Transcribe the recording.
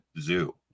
zoo